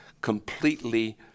completely